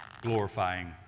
glorifying